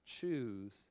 choose